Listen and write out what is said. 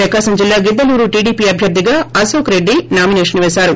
ప్రకాశం జిల్లా గిద్దలూరు టీడిపీ అభ్యర్థిగా అశోక్ రెడ్డి నామిసేషన్ చేశారు